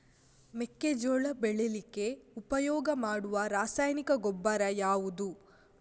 ಮೆಕ್ಕೆಜೋಳ ಬೆಳೀಲಿಕ್ಕೆ ಉಪಯೋಗ ಮಾಡುವ ರಾಸಾಯನಿಕ ಗೊಬ್ಬರ ಯಾವುದು?